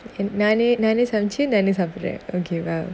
in நானே நானே சமச்சு நானே சாபுர்ர:naane naane samachu naane saapurra okay !wow!